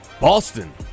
Boston